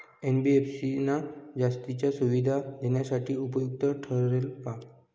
NBFC ना जास्तीच्या सुविधा देण्यासाठी उपयुक्त ठरेल का?